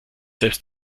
selbst